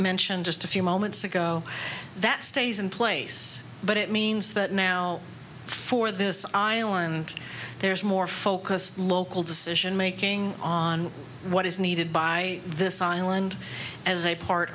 mention just a few moments ago that stays in place but it means that now for this island there's more focus local decision making on what is needed by this island a